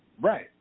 Right